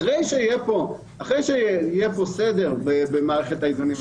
אחרי שיהיה פה סדר במערכת האיזונים והבלמים,